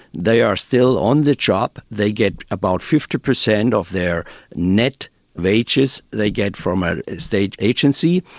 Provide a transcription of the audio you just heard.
they are still on the job, they get about fifty percent of their nett wages, they get from a state agency,